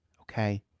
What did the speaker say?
okay